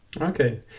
Okay